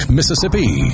Mississippi